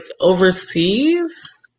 overseas